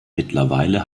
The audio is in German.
mittlerweile